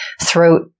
throat